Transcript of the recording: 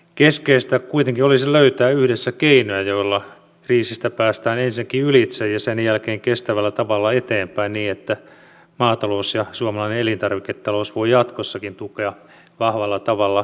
keskeistä kuitenkin olisi löytää yhdessä keinoja joilla kriisistä päästään ensinnäkin ylitse ja sen jälkeen kestävällä tavalla eteenpäin niin että maatalous ja suomalainen elintarviketalous voi jatkossakin tukea vahvalla tavalla kansantalouttamme